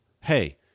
hey